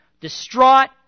distraught